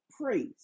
praise